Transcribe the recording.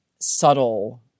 subtle